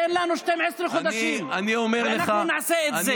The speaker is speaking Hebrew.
תן לנו 12 חודשים, ואנחנו נעשה את זה.